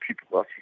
People